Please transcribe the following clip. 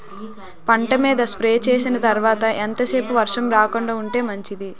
పంట మీద స్ప్రే చేసిన తర్వాత ఎంత సేపు వర్షం రాకుండ ఉంటే మంచిది?